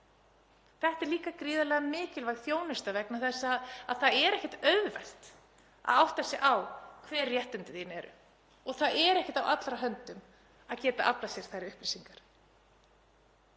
Þetta er líka gríðarlega mikilvæg þjónusta vegna þess að það er ekkert auðvelt að átta sig á réttindum sínum og það er ekkert á allra færi að geta aflað sér þeirra upplýsingar.